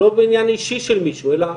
לא בעניין אישי של מישהו, אלא